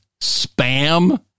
spam